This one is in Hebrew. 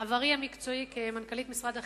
עברי המקצועי כמנכ"לית משרד החינוך,